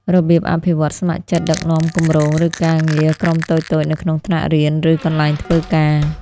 របៀបអភិវឌ្ឍន៍ស្ម័គ្រចិត្តដឹកនាំគម្រោង ឬការងារក្រុមតូចៗនៅក្នុងថ្នាក់រៀន ឬកន្លែងធ្វើការ។